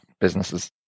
businesses